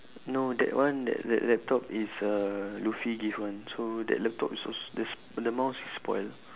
no that one that that laptop is uh lutfi give one so that laptop is als~ there's the mouse is spoil